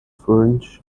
french